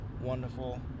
wonderful